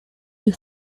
you